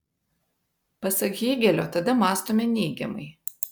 pasak hėgelio tada mąstome neigiamai